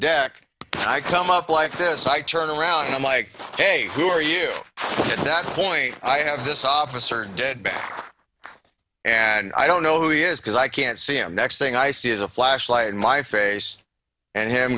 deck i come up like this i turn around and i'm like ok who are you at that point i have this officer back and i don't know who he is because i can't see him next thing i see is a flashlight in my face and him